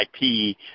IP